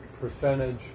percentage